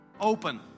open